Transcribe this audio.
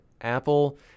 Apple